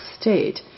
state